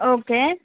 okay